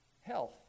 health